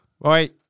Bye